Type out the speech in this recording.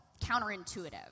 counterintuitive